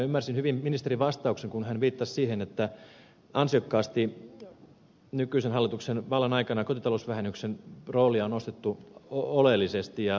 ymmärsin hyvin ministerin vastauksen kun hän viittasi siihen että nykyisen hallituksen vallan aikana kotitalousvähennyksen roolia on ansiokkaasti nostettu oleellisesti